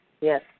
Yes